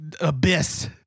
abyss